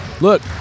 Look